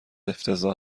افتضاح